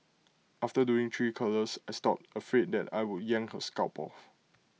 after doing three curlers I stopped afraid that I would yank her scalp off